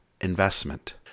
investment